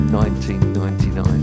1999